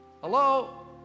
Hello